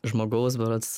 žmogaus berods